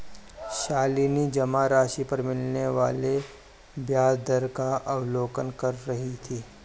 शालिनी जमा राशि पर मिलने वाले ब्याज दर का अवलोकन कर रही थी